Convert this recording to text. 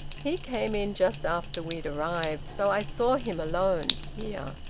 he came in just after we'd arrived. so i saw him alone here.